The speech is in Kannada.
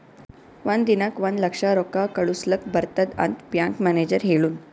ಒಂದ್ ದಿನಕ್ ಒಂದ್ ಲಕ್ಷ ರೊಕ್ಕಾ ಕಳುಸ್ಲಕ್ ಬರ್ತುದ್ ಅಂತ್ ಬ್ಯಾಂಕ್ ಮ್ಯಾನೇಜರ್ ಹೆಳುನ್